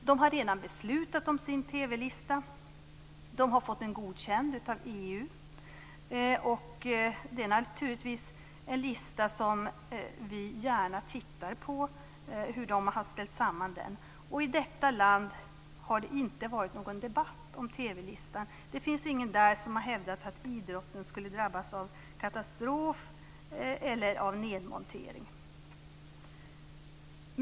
De har redan beslutat om sin TV-lista och har fått den godkänd av EU. Det är naturligtvis en lista som vi gärna tittar på för att se hur de har ställt samman den. I Danmark har det inte varit någon debatt om TV listan. Det finns ingen där som har hävdat att idrotten skulle drabbas av katastrof eller av nedmontering.